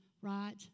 right